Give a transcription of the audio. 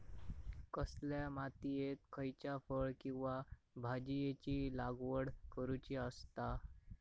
कसल्या मातीयेत खयच्या फळ किंवा भाजीयेंची लागवड करुची असता?